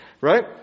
right